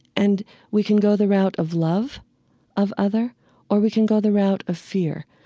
and we can go the route of love of other or we can go the route of fear.